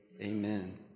amen